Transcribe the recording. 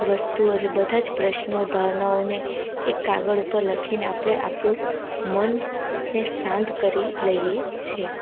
વસ્તુ બધા જ પ્રશ્નો ભાવનાઓને એક કાગળ ઉપર લખીને આપણે આપણું મનને શાંત કરી લઈએ છીએ